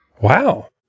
Wow